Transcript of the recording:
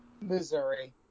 Missouri